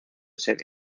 sede